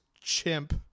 chimp